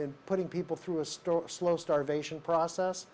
and putting people through a store slow starvation process